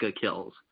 kills